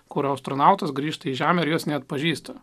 kurio astronautas grįžta į žemę ir jos neatpažįsta